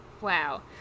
Wow